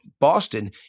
Boston